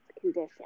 condition